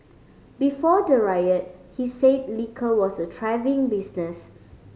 before the riot he said liquor was a thriving business